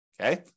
Okay